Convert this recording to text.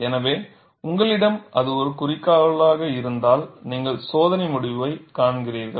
எனவே உங்களிடம் அது ஒரு குறிக்கோளாக இருந்தால் நீங்கள் சோதனை முடிவைக் காண்கிறீர்கள்